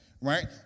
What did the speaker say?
right